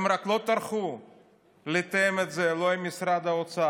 הם רק לא טרחו לתאם את זה לא עם משרד האוצר,